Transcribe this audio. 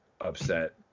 upset